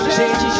Change